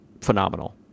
phenomenal